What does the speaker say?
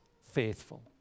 faithful